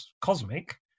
cosmic